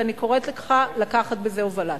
ואני קוראת לך לקחת בזה הובלה.